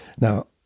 Now